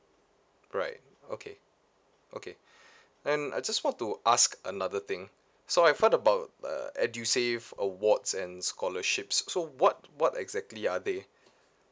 right okay okay and I just want to ask another thing so I've heard about the edusave awards and scholarships so what what exactly are they